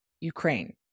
Ukraine